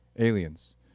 aliens